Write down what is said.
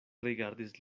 rigardis